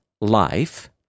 life